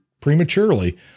prematurely